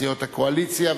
סיעות הקואליציה.